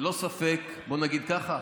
ללא ספק, בואו נגיד ככה,